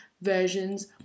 versions